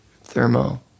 thermo